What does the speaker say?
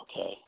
okay